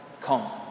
come